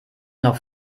noch